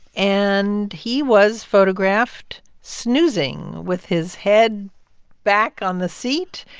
and he was photographed snoozing with his head back on the seat,